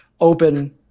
open